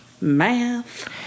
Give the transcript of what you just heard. Math